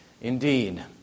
Indeed